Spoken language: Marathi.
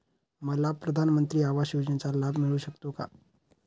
मला प्रधानमंत्री आवास योजनेचा लाभ मिळू शकतो का?